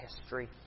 history